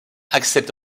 accepte